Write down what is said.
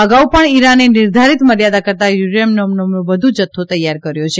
અગાઉ પણ ઈરાને નિર્ધારીત મર્યાદા કરતાં યુરેનીયમનો વધુ જથ્થ તૈયાર કર્યો છે